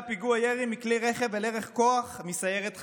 פיגוע ירי מכלי רכב אל עבר כוח מסיירת חרוב,